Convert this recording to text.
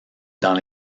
dans